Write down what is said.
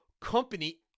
company